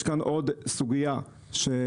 יש כאן עוד סוגייה שעולה.